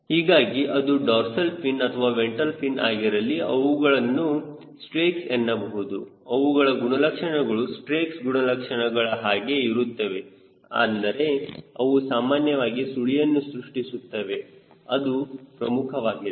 ಹೀಗಾಗಿ ಅದು dorsal fin ಅಥವಾ ವೆಂಟ್ರಲ್ ಫಿನ್ ಆಗಿರಲಿ ಅವುಗಳನ್ನು ಸ್ಟ್ರೇಕ್ಸ್ ಎನ್ನಬಹುದು ಅವುಗಳ ಗುಣಲಕ್ಷಣಗಳು ಸ್ಟ್ರೇಕ್ಸ್ ಗುಣಲಕ್ಷಣಗಳ ಹಾಗೆ ಇರುತ್ತದೆ ಅಂದರೆ ಅವು ಸಾಮಾನ್ಯವಾಗಿ ಸುಳಿಯನ್ನು ಸೃಷ್ಟಿಸುತ್ತವೆ ಅದೇ ಪ್ರಮುಖವಾಗಿದೆ